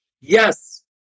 Yes